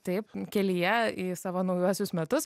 taip kelyje į savo naujuosius metus